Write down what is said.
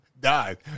Died